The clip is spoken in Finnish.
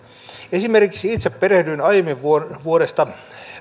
esimerkiksi itse perehdyin aiemmin vuodesta vuodesta